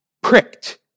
pricked